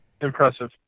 impressive